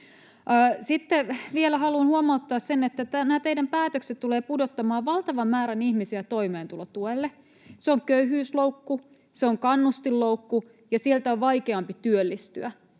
Vielä haluan huomauttaa sen, että nämä teidän päätöksenne tulevat pudottamaan valtavan määrän ihmisiä toimeentulotuelle. Se on köyhyysloukku, se on kannustinloukku, ja sieltä on vaikeampi työllistyä.